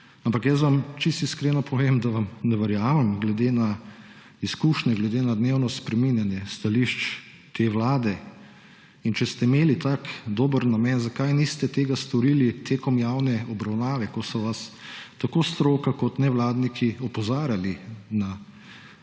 ampak jaz vam čisto iskreno povem, da vam ne verjamem glede na izkušnje, glede na dnevno spreminjanje stališč te vlade. In če ste imeli tak dober namen, zakaj niste tega storili tekom javne obravnave, ko so vas tako stroka kot nevladniki opozarjali na to